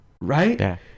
right